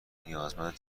نیازمند